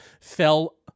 fell